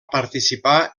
participar